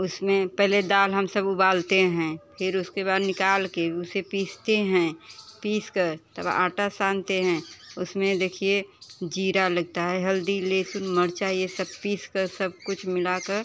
उसमें पहले दाल हम सब उबालते हैं फिर उसके बाद निकाल के उसे पीसते हैं पीसकर तब आटा सानते हैं उसमें देखिए जीरा लगता है हल्दी लहसुन मिर्चा ये सब पीसकर सब कुछ मिलाकर